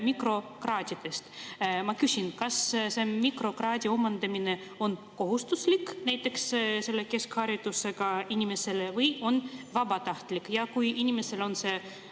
mikrokraadidest. Ma küsin, kas see mikrokraadi omandamine on kohustuslik, näiteks sellele keskharidusega inimesele, või on see vabatahtlik. Ja kui inimesel on